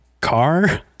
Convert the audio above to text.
car